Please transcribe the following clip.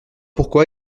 pourquoi